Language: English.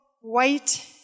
white